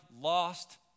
lost